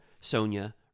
Sonia